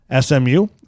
smu